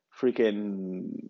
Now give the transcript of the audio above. freaking